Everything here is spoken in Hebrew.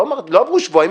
לא עברו שבועיים,